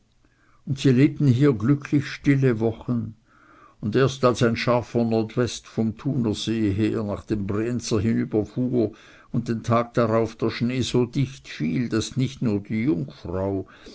und sie lebten hier glücklich stille wochen und erst als ein scharfer nordwest vom thuner see nach dem brienzer hinüber fuhr und den tag darauf der schnee so dicht fiel daß nicht nur die jungfrau